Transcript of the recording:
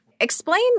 Explain